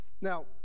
Now